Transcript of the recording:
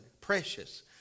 precious